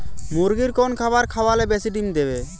মুরগির কোন খাবার খাওয়ালে বেশি ডিম দেবে?